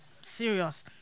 Serious